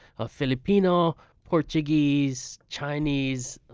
ah filipino, portuguese, chinese,